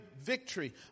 victory